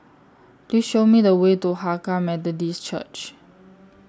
Please Show Me The Way to Hakka Methodist Church